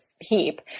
heap